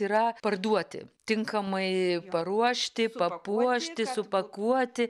yra parduoti tinkamai paruošti papuošti supakuoti